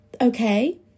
Okay